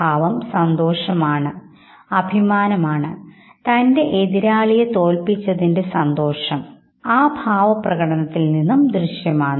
ഇവിടെ സ്ഥിരം ആയതോ വീഡിയോദൃശ്യം എന്ന നിലയിൽ ചിത്രീകരിച്ചതോ ഫോട്ടോ പോലുള്ളതോ ആയ ദൃശ്യങ്ങൾ ഇല്ല